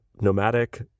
nomadic